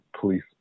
police